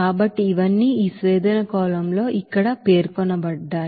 కాబట్టి ఇవన్నీ ఈ డిస్టిలేషన్ కాలమ్ లో ఇక్కడ పేర్కొనబడ్డాయి